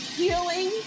healing